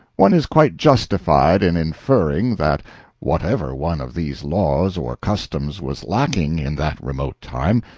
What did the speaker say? one is quite justified in inferring that whatever one of these laws or customs was lacking in that remote time,